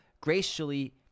graciously